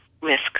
risk